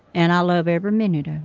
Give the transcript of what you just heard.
and i love every minute of